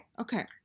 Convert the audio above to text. Okay